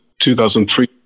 2003